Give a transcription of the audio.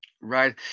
right